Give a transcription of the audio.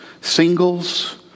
singles